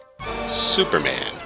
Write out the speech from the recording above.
Superman